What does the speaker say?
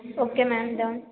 okay ma'am done